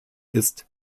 ist